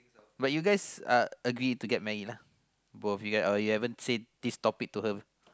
but you guys uh agree to get married lah both of you guy or you haven't say this topic to her